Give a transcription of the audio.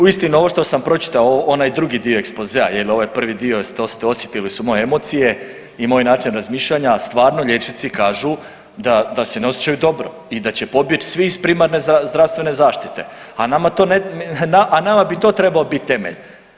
Uistinu, ovo što sam pročitao, ovaj drugi dio ekspozea jer ovaj prvi dio, osjetili su moje emocije i moj način razmišljanja, stvarno liječnici kažu da se ne osjećaju dobro i će pobjeći svi iz primarne zdravstvene zaštite, a nama to, a nama bi to trebao biti temelj.